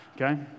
okay